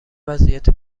وضعیت